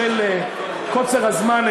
בשל קוצר הזמן,